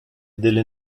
delle